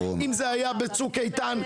אם זה היה בצוק איתן,